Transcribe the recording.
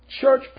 Church